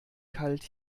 kalt